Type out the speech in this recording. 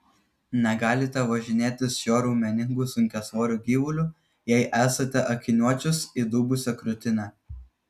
negalite važinėtis šiuo raumeningu sunkiasvoriu gyvuliu jei esate akiniuočius įdubusia krūtine